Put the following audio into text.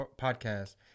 Podcast